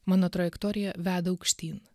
mano trajektorija veda aukštyn